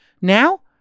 Now